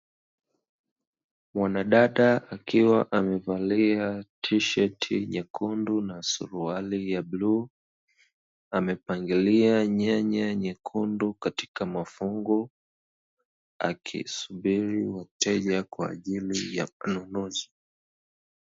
Mwanadada akiwa amevalia tisheti nyekundu na suruali ya bluu, amepangilia nyanya nyekundu katika mafungu, akisubiri wateja kwa ajili ya ununuzi.